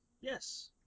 Yes